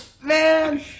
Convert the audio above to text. Man